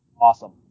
Awesome